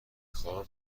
خواهم